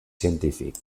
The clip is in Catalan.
científic